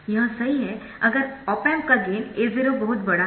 यह सही है अगर ऑप एम्प का गेन A0 बहुत बड़ा है